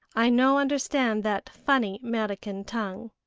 i no understand that funny merican tongue.